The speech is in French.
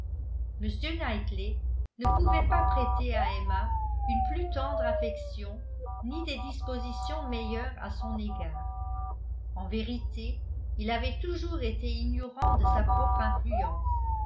m knightley ne pouvait pas prêter à emma une plus tendre affection ni des dispositions meilleures à son égard en vérité il avait toujours été ignorant de sa propre influence